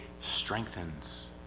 Strengthens